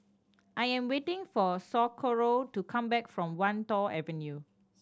I am waiting for Socorro to come back from Wan Tho Avenue